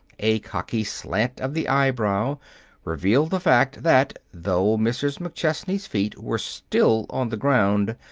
a cocky slant of the eyebrow revealed the fact that, though mrs. mcchesney's feet were still on the ground,